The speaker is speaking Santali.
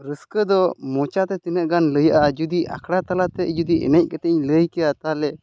ᱨᱟᱹᱥᱠᱟᱹ ᱫᱚ ᱢᱚᱪᱟ ᱛᱮ ᱛᱤᱱᱟᱹᱜ ᱜᱟᱱ ᱞᱟᱹᱭᱼᱟ ᱡᱩᱫᱤ ᱟᱠᱷᱲᱟ ᱛᱟᱞᱟᱛᱮ ᱡᱩᱫᱤ ᱮᱱᱮᱡ ᱠᱟᱛᱮᱧ ᱞᱟᱹᱭ ᱠᱮᱭᱟ ᱛᱟᱦᱚᱞᱮ